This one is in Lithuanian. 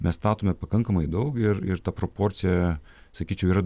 mes statome pakankamai daug ir ir ta proporcija sakyčiau yra